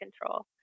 control